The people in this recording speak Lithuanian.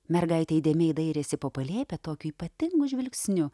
mergaitė įdėmiai dairėsi po palėpę tokiu ypatingu žvilgsniu